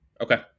Okay